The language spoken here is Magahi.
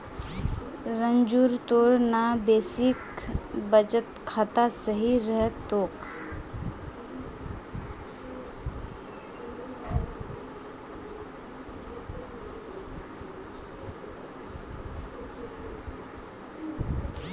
रंजूर तोर ना बेसिक बचत खाता सही रह तोक